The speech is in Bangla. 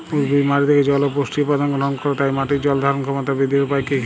উদ্ভিদ মাটি থেকে জল ও পুষ্টি উপাদান গ্রহণ করে তাই মাটির জল ধারণ ক্ষমতার বৃদ্ধির উপায় কী?